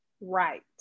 Right